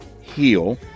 heal